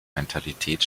mentalität